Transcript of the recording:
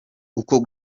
uko